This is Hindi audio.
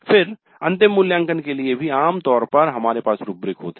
फिर अंतिम मूल्याङ्कन के लिए भी आम तौर पर हमारे पास रूब्रिक होते हैं